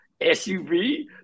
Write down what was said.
SUV